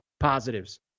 positives